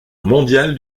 mondial